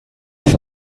das